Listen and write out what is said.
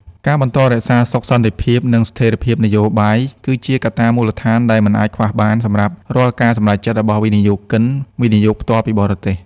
ការបន្តរក្សាសុខសន្តិភាព និងស្ថិរភាពនយោបាយ គឺជាកត្តាមូលដ្ឋានដែលមិនអាចខ្វះបានសម្រាប់រាល់ការសម្រេចចិត្តរបស់វិនិយោគិន វិនិយោគផ្ទាល់ពីបរទេស។